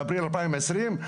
באפריל 2020,